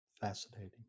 fascinating